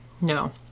No